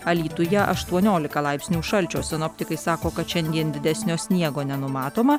alytuje aštuoniolika laipsnių šalčio sinoptikai sako kad šiandien didesnio sniego nenumatoma